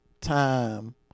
time